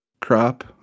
Crop